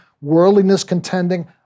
worldliness-contending